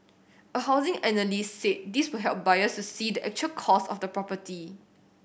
a housing analyst said this will help buyers to see the actual cost of the property